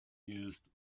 used